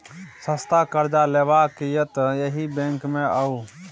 सस्ता करजा लेबाक यै तए एहि बैंक मे आउ